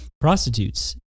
prostitutes